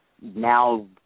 Now